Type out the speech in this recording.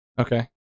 Okay